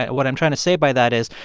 ah what i'm trying to say by that is,